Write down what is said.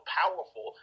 powerful